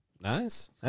Nice